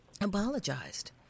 apologized